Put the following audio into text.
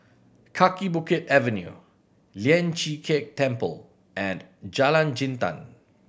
Kaki Bukit Avenue Lian Chee Kek Temple and Jalan Jintan